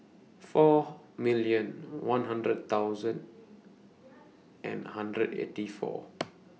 four million one hundred thousand and hundred eighty four